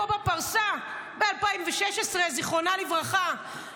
זיכרונה לברכה,